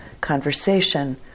conversation